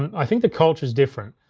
i think the culture's different.